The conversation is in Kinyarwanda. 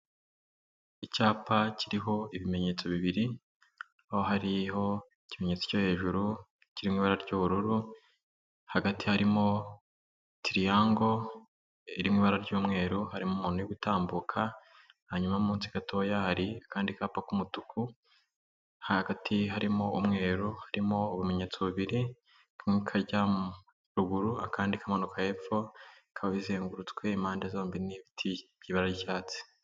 Icyapa kiriho ibimenyetso bibiri, aho hariho ikimenyetso cyo hejuru kiri mu ibara ry'ubururu hagati harimo tiriyango iri ibara ry'umweru harimo umuntu utambuka, hanyuma munsi gatoya hari akandi kapa k'umutuku, hagati harimo umweru harimo ubumenyetso bibiri, kamwe kajya ruguru, akandi kamanuka hepfo, Bikaba bizengurutswe impande zombi n'ibiti by'ibara ry'icyatsi.